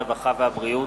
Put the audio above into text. הרווחה והבריאות.